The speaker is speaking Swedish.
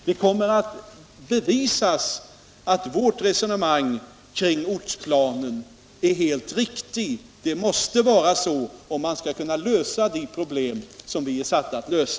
Det kommer att bevisas att vårt resonemang kring ortsplanen är helt riktigt. Det måste vara så om vi skall kunna lösa de problem som vi är satta att lösa.